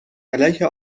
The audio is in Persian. علیه